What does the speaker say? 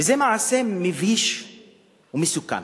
וזה מעשה מביש ומסוכן,